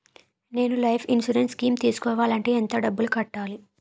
నేను life insurance scheme తీసుకోవాలంటే ఎంత డబ్బు కట్టాలి?